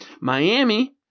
Miami